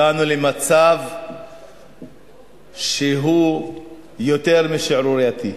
הגענו למצב שהוא יותר משערורייתי.